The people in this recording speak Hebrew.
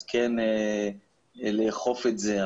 אז כן לאכוף את זה,